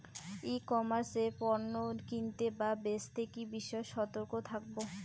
ই commerce এ পণ্য কিনতে বা বেচতে কি বিষয়ে সতর্ক থাকব?